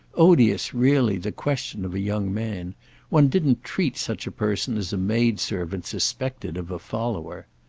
odious really the question of a young man one didn't treat such a person as a maid-servant suspected of a follower.